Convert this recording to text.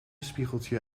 spiegeltje